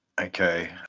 Okay